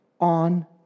on